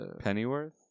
Pennyworth